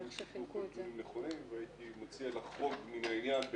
אני חושב שהטיעונים שהועלו פה הם נכונים והייתי מציע לחרוג מן העניין.